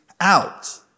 out